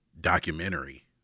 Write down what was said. documentary